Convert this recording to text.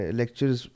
lectures